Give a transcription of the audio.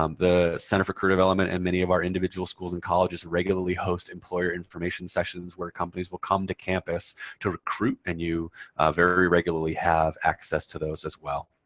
um the center for career development and many of our individual schools and colleges regularly host employer information sessions where companies will come to campus to recruit. and you very regularly have access to those as well.